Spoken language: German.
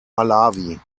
malawi